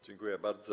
Dziękuję bardzo.